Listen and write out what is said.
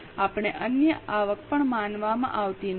આપણે અન્ય આવક પણ માનવામાં આવતી નથી